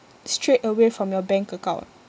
straightaway from your bank account